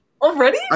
Already